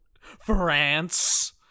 France